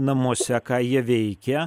namuose ką jie veikia